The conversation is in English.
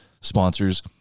sponsors